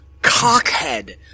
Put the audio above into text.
cockhead